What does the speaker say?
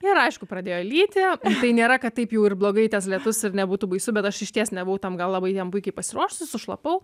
ir aišku pradėjo lyti tai nėra kad taip jau ir blogai tas lietus ir nebūtų baisu bet aš išties nebuvau tam labai gal jam puikiai pasiruošus sušlapau